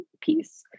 piece